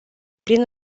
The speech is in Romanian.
prin